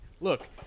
Look